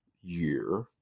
year